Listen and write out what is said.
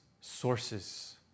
sources